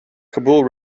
kabul